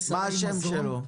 מה השם שלו?